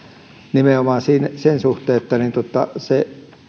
nimenomaan sen suhteen että